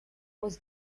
was